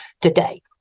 today